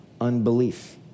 unbelief